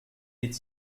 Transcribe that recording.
est